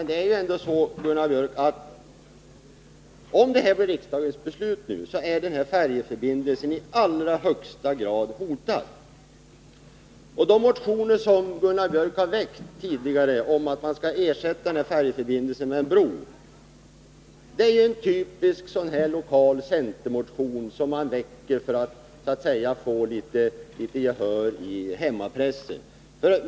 Herr talman! Om utskottets förslag blir riksdagens beslut är färjeförbindelsen i allra högsta grad hotad. Den motion som Gunnar Björk i Gävle har väckt här tidigare i riksdagen om att färjeförbindelsen skall ersättas med en bro är ju en typisk lokal centermotion, en sådan som man väcker för att få litet gehör i hemmapressen.